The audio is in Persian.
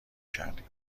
کردیم